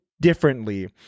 differently